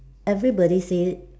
everybody say